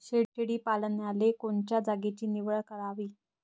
शेळी पालनाले कोनच्या जागेची निवड करावी?